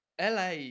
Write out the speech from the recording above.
la